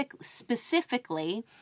specifically